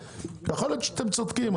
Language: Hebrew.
אולי אתם צודקים,